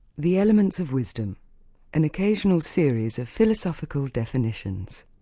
the elements of wisdom an occasional series of philosophical definitions.